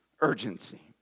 Urgency